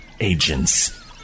agents